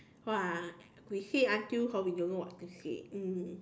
!wah! we say until hor we don't know what to say mm